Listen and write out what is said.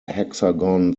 hexagon